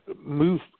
move